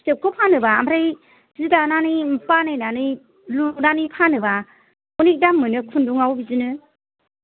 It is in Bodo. फिथोबखौ फानोबा ओमफ्राय सि दानानै बानायनानै लुनानै फानोबा अनेक दाम मोनो खुन्दुंआव बिदिनो